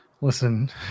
Listen